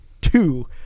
two